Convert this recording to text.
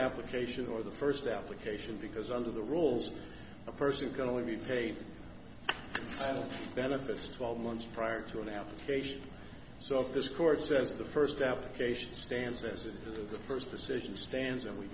application or the first application because under the rules a person can only be paid benefits twelve months prior to an application so if this court says the first application stands as it were the first decision stands and we